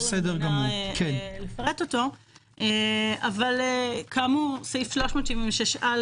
אבל כאמור סעיף 376א